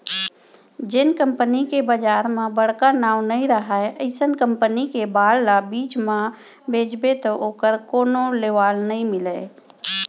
जेन कंपनी के बजार म बड़का नांव नइ रहय अइसन कंपनी के बांड ल बीच म बेचबे तौ ओकर कोनो लेवाल नइ मिलय